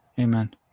Amen